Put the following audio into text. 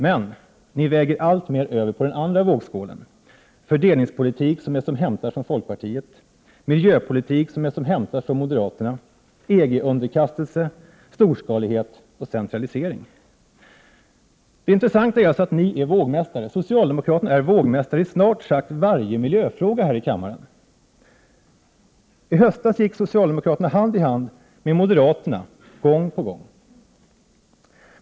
Men ni väger allt mer över på den andra vågskålen: fördelningspolitik som är som hämtad från folkpartiet, miljöpolitik som är som hämtad från moderaterna, EG-underkastelse, storskalighet och centralisering. Det intressanta är alltså att socialdemokraterna är vågmästare i snart sagt varje miljöfråga här i kammaren. I höstas gick socialdemokraterna hand i hand med moderaterna gång på gång.